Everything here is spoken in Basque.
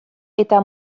eta